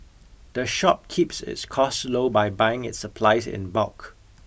the shop keeps its costs low by buying its supplies in bulk